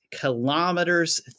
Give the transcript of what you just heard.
kilometers